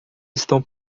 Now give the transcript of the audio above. estão